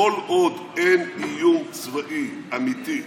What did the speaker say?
כל עוד אין איום צבאי אמיתי,